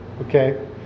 Okay